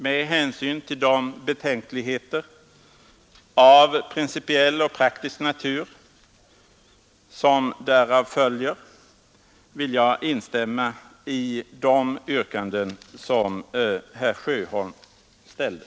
Med hänsyn till de betänkligheter av principiell och praktisk natur som därav följer vill jag instämma i de yrkanden som herr Sjöholm ställde.